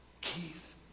Keith